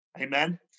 Amen